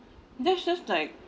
that's just like like